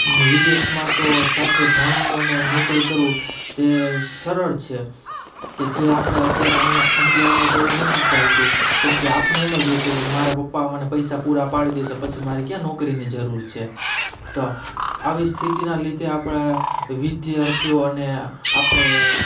વિદેશમાં તો સાથે ભણવું અને નોકરી કરવું તે સરળ છે કે જે આપણે અત્યારે હીંયા ઈન્ડિયામાં તેવું નથી ચાલતું કેમકે આપણને એમ જ હોય છે કે મારા પપ્પા મને પૈસા પૂરા પાડી દેશે પછી મારે ક્યાં નોકરીની જરૂર છે તો આવી સ્થિતિના લીધે આપણે વિદ્યાર્થીઓ અને આપણે